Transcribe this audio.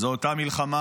זו אותה המלחמה,